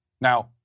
Now